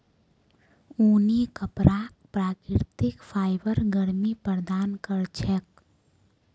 ऊनी कपराक प्राकृतिक फाइबर गर्मी प्रदान कर छेक